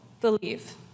believe